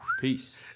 Peace